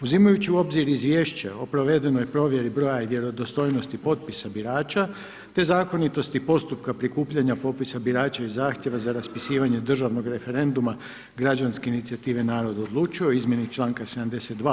Uzimajući u obzir izvješće o provedenoj provjeri broja vjerodostojnosti potpisa birača te zakonitosti postupka prikupljanja popisa birača i zahtjeva za raspisivanje državnog referenduma građanske inicijative „Narod odlučuje“ o izmjeni članka 72.